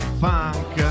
funk